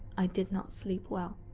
i did not sleep well.